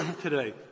today